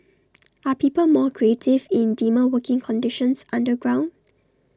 are people more creative in dimmer working conditions underground